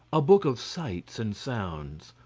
a book of sights and sounds.